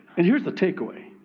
and here's the take away.